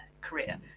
career